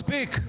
מספיק.